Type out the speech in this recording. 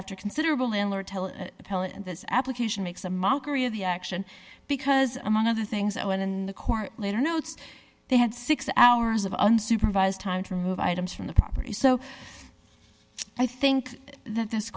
after considerable in this application makes a mockery of the action because among other things that went in the court later notes they had six hours of unsupervised time to remove items from the property so i think that this